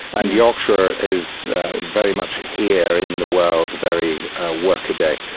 and yorkshire is very much here in the world, very workaday.